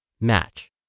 match